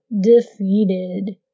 defeated